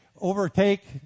overtake